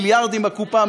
מיליארדים בקופה.